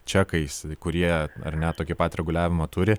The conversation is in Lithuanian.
čekais kurie ar ne tokį pat reguliavimą turi